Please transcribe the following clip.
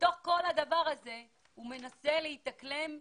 ובתוך כל הדבר הזה הוא מנסה להתאקלם בישראל.